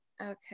Okay